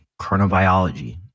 chronobiology